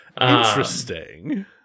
Interesting